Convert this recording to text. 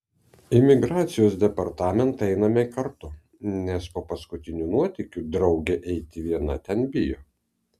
į migracijos departamentą einame kartu nes po paskutinių nuotykių draugė eiti viena ten bijo